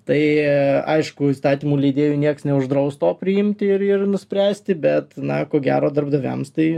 tai aišku įstatymų leidėjui nieks neuždraus to priimti ir ir nuspręsti bet na ko gero darbdaviams tai